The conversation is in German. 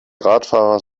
radfahrer